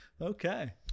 okay